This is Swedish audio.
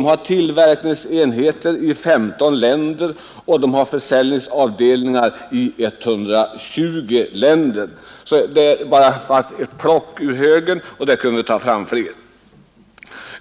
med tillverkningsenheter i 15 länder och försäljningsavdelningar i 120 länder. Detta är bara plock ur högen. Vi skulle kunna ta fram flera sådana.